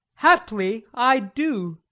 haply i do.